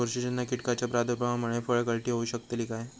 बुरशीजन्य कीटकाच्या प्रादुर्भावामूळे फळगळती होऊ शकतली काय?